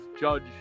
Judge